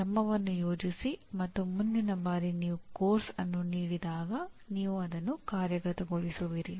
ಕಲಿಕೆಯನ್ನು ಅಂದಾಜುವಿಕೆ ಮೂಲಕ ಅಳೆಯಲಾಗುತ್ತದೆ ಮತ್ತು ಸುಗಮಗೊಳಿಸಲಾಗುತ್ತದೆ